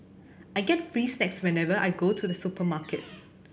I get free snacks whenever I go to the supermarket